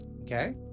Okay